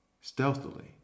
stealthily